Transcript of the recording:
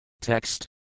Text